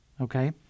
okay